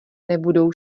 nebudou